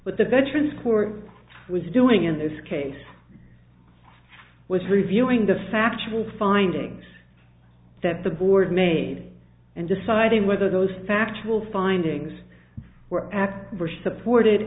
with the veterans court was doing in this case was reviewing the factual findings that the board made and deciding whether those factual findings were akbar supported